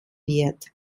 wird